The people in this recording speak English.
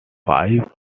five